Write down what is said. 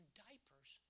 diapers